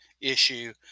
issue